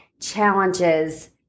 challenges